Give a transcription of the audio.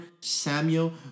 Samuel